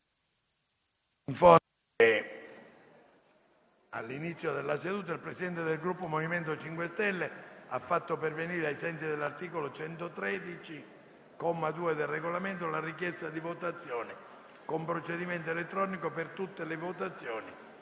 all'inizio della seduta il Presidente del Gruppo MoVimento 5 Stelle ha fatto pervenire, ai sensi dell'articolo 113, comma 2, del Regolamento, la richiesta di votazione con procedimento elettronico per tutte le votazioni